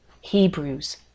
Hebrews